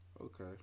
Okay